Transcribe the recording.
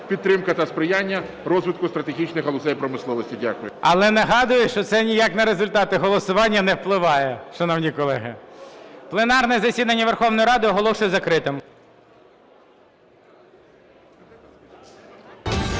"Підтримка та сприяння розвитку стратегічних галузей промисловості". Дякую. 14:58:44 ГОЛОВУЮЧИЙ. Але нагадую, що це ніяк на результати голосування не впливає, шановні колеги. Пленарне засідання Верховної Ради оголошую закритим.